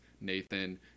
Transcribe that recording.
Nathan